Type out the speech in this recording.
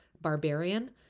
barbarian